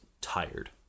tired